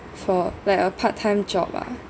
for like a part time job ah